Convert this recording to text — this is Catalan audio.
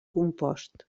compost